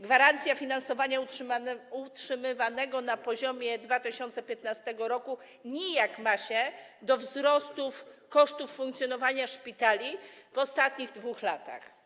Gwarancja finansowania utrzymywanego na poziomie z 2015 r. nijak ma się do wzrostu kosztów funkcjonowania szpitali w ostatnich 2 latach.